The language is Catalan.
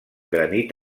granit